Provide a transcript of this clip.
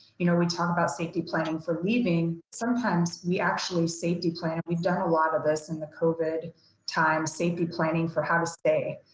you know, we talk about safety planning for leaving. sometimes we actually safety plan, we've done a lot of this in the covid times, safety planning for how to stay.